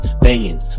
banging